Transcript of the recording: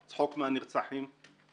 צחוק מהנרצחים,